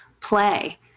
play